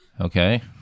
Okay